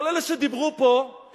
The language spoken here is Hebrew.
כל אלה שדיברו פה,